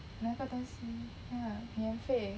东西 ya 免费